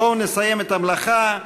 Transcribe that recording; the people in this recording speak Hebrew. בואו נסיים את המלאכה.